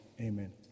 Amen